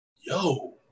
yo